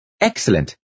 Excellent